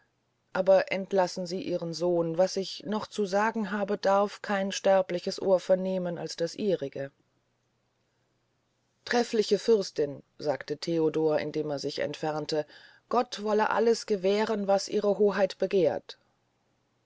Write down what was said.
aber entlassen sie ihren sohn was ich noch zu sagen habe darf kein sterbliches ohr vernehmen als das ihrige trefliche fürstin sagte theodor indem er sich entfernte gott wolle alles gewähren was ihre hoheit begehrt